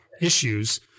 issues